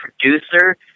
producer